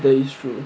that is true